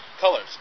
colors